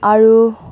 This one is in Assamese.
আৰু